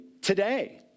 today